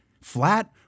flat